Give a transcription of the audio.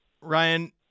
Ryan